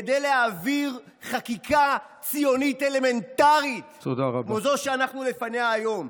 כדי להעביר חקיקה ציונית אלמנטרית כמו זו שאנחנו לפניה היום.